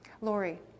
Lori